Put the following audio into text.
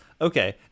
okay